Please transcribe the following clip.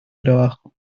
trabajo